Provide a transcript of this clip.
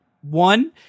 One